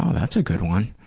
um that's a good one.